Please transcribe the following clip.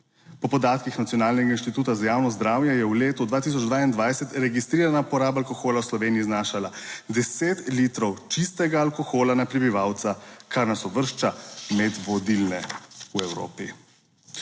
Po podatkih Nacionalnega inštituta za javno zdravje je v letu 2022 registrirana poraba alkohola v Sloveniji znašala 10 litrov čistega alkohola na prebivalca, kar nas uvršča med vodilne v Evropi.